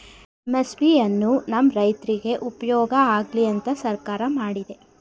MSP ಎನ್ನು ನಮ್ ರೈತ್ರುಗ್ ಉಪ್ಯೋಗ ಆಗ್ಲಿ ಅಂತ ಸರ್ಕಾರ ಮಾಡಿದೆ